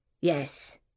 Yes